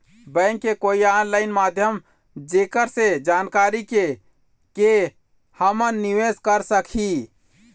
Bank के कोई online माध्यम जेकर से जानकारी के के हमन निवेस कर सकही?